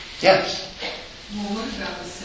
Yes